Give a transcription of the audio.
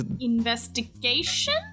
investigation